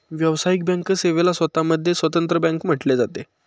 व्यावसायिक बँक सेवेला स्वतः मध्ये स्वतंत्र बँक म्हटले जाते